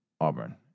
Auburn